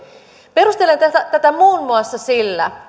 perustelen tätä muun muassa sillä